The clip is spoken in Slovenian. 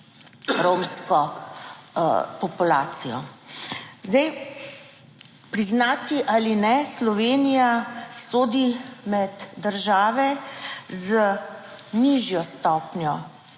romsko populacijo. Zdaj, priznati ali ne, Slovenija sodi med države z nižjo stopnjo,